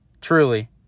Truly